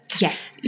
Yes